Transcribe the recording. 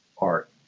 art